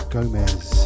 Gomez